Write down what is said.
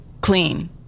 clean